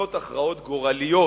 שכשמתקבלות הכרעות גורליות